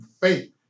faith